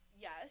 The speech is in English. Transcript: yes